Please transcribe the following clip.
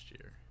year